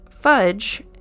Fudge